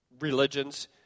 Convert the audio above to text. religions